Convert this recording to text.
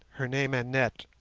her name annette,